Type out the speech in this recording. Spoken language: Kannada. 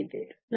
ಆಗಿದೆ